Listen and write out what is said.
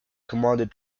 commanded